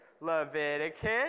Leviticus